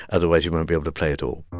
otherwise, you won't be able to play at all